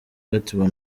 gatsibo